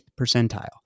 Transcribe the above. percentile